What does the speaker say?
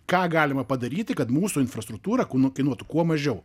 ką galima padaryti kad mūsų infrastruktūra kūn kainuotų kuo mažiau